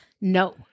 no